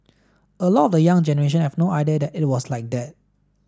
a lot of the young generation have no idea that it was like that